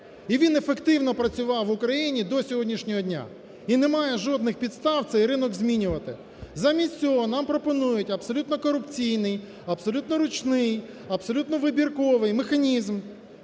І він ефективно працював в Україні до сьогоднішнього дня. І немає жодних підстав цей ринок змінювати. Замість цього нам пропонують абсолютно корупційний, абсолютно ручний, абсолютно вибірковий механізм,